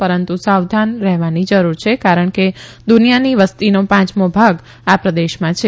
પરંતુ સાવધાન રહેવાની જરૂર છે કારણ કે દુનિયાની વસ્તીનો પાંચમો ભાગ આ પ્રદેશમાં છે